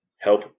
help